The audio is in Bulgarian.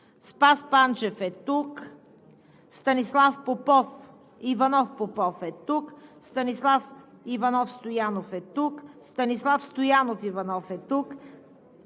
Янев Панчев - тук Станислав Иванов Попов - тук Станислав Иванов Стоянов - тук Станислав Стоянов Иванов - тук